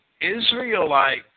Israelite